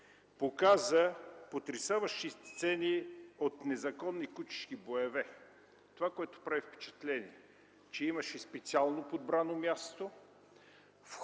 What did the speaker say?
показа потресаващи сцени от незаконни кучешки боеве. Прави впечатление, че имаше специално подбрано място,